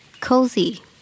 Cozy